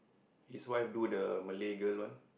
his wife do the Malay girl one